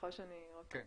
סליחה שאני מפריעה,